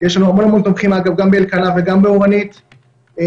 יש לנו הרבה מאוד תומכים גם באלקנה וגם באורנית ובעצם